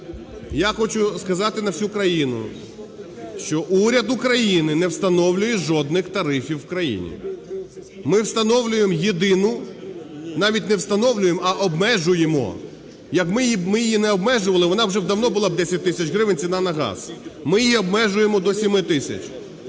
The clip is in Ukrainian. Я хочу сказати на всю країну, що уряд України не встановлює жодних тарифів в країні. Ми встановлюємо єдину, навіть не встановлюємо, а обмежуємо, якби ми її не обмежували, вона вже б давно була в 10 тисяч гривень ціна на газ. Ми її обмежуємо до 7 тисяч